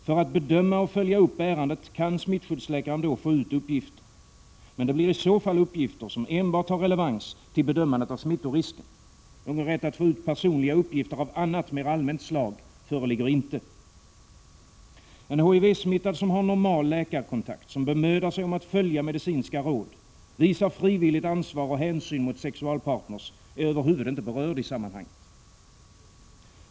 För att bedöma och följa upp ärendet kan smittskyddsläkaren då få ut uppgifter. Men det blir i så fall uppgifter som enbart har relevans till bedömandet av smittorisken. Någon rätt att få ut personliga uppgifter av annat, mer allmänt slag föreligger inte. En HIV-smittad som har normal läkarkontakt, bemödar sig om att följa medicinska råd, visar frivilligt ansvar och hänsyn mot sina sexualpartner är över huvud inte berörd i sammanhanget.